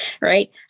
Right